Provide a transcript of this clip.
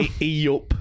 E-up